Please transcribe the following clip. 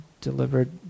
delivered